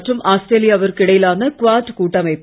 ற்றும் ஆஸ்திரேலியாவிற்கு இடையிலான குவாட் கூட்டமைப்பு